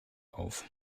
auf